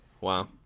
Wow